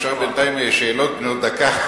אפשר בינתיים לשאול אותך שאלות בנות דקה?